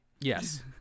yes